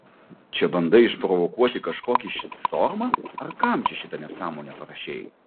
čia bandai išprovokuoti kažkokį šitstormą ar kam čia šitą nesąmonę parašei